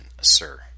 sir